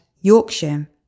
Yorkshire